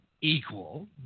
equal